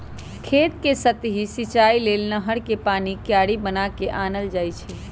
खेत कें सतहि सिचाइ लेल नहर कें पानी क्यारि बना क आनल जाइ छइ